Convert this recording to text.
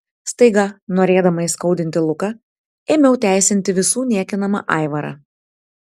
staiga norėdama įskaudinti luką ėmiau teisinti visų niekinamą aivarą